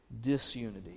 disunity